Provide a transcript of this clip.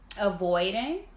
avoiding